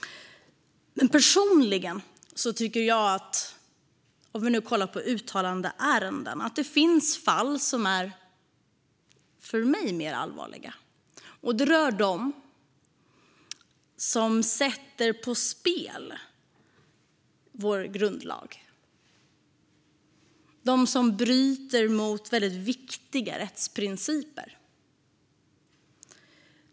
Personligen tycker jag att det finns flera uttalandeärenden som är mer allvarliga, och det är de som sätter vår grundlag på spel och bryter mot väldigt viktiga rättsprinciper.